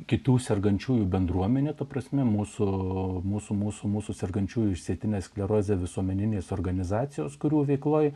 kitų sergančiųjų bendruomenę ta prasme mūsų mūsų mūsų mūsų sergančiųjų išsėtine skleroze visuomeninės organizacijos kurių veikloje